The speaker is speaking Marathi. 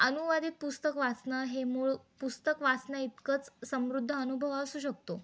अनुवादित पुस्तक वाचनं हे मूळ पुस्तक वाचनं इतकंच समृद्ध अनुभव असू शकतो